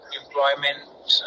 employment